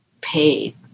paid